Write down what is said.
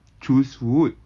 choose food